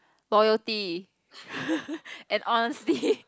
loyalty and honesty